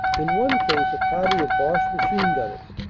in one case a party of boche machine-gunners,